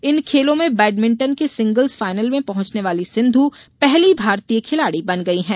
इन खेलों में बैडमिंटन के सिंगल्स फाइनल में पहुंचने वाली सिंधू पहली भारतीय खिलाड़ी बन गई है